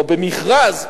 או במכרז,